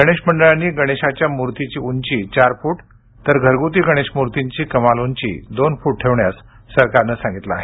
गणेश मंडळांनी गणेशाच्या मूर्तीची उंची चार फूट तऱ घरगुती गणेश मूर्तींची कमाल उंची दोन फूट ठेवण्यास सरकारनं सांगितलं आहे